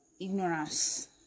ignorance